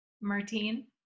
martine